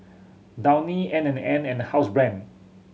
Downy N and N and Housebrand